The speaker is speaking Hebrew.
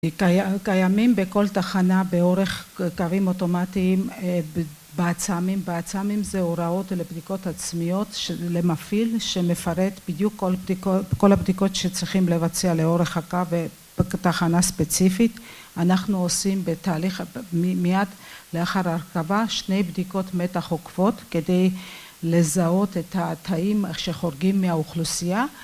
קיימים בכל תחנה באורך קווים אוטומטיים בעצמים, בעצמים זה הוראות לבדיקות עצמיות למפעיל שמפרט בדיוק כל בדיקות, כל הבדיקות שצריכים לבצע לאורך הקו בתחנה ספציפית. אנחנו עושים בתהליך, מיד לאחר הרכבה שני בדיקות מתח עוקפות כדי לזהות את התאים שחורגים מהאוכלוסייה